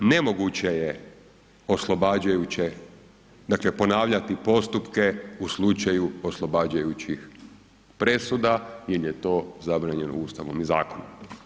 Nemoguće je oslobađajuće, dakle ponavljati postupke u slučaju oslobađajućih presuda jer je to zabranjeno Ustavom i zakonom.